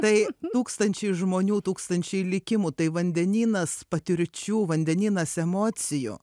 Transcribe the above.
tai tūkstančiai žmonių tūkstančiai likimų tai vandenynas patirčių vandenynas emocijų